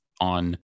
on